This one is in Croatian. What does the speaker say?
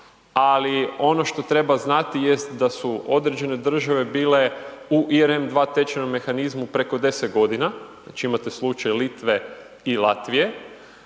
ali ono što treba znati jest da su određene države bile u ERM 2 tečajnom mehanizmu preko 10 g., znači imate slučaj Litve i Latvije,